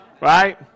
Right